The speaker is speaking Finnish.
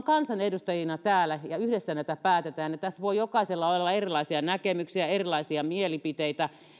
kansanedustajina täällä ja yhdessä näitä päätämme ja tässä voi jokaisella olla erilaisia näkemyksiä erilaisia mielipiteitä